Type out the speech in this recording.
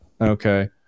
Okay